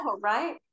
right